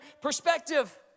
perspective